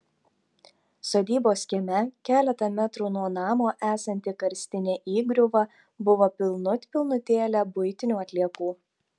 sodybos kieme keletą metrų nuo namo esanti karstinė įgriuva buvo pilnut pilnutėlė buitinių atliekų